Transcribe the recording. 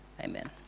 Amen